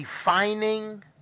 defining